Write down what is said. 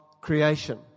creation